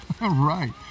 Right